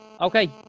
Okay